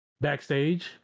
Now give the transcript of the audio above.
Backstage